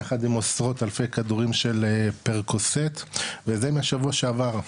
יחד עם עשרות אלפי כדורים של פרקוסט וזה מהשבוע שעבר,